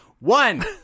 One